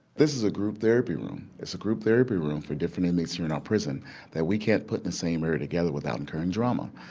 this is a group therapy room. it's a group therapy room for different inmates throughout and our prison that we can't put in the same area together without incurring drama.